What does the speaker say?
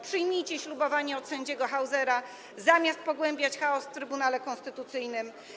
Przyjmijcie ślubowanie od sędziego Hausera, zamiast pogłębiać chaos w Trybunale Konstytucyjnym.